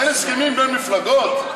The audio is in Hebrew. אין הסכמים בין מפלגות?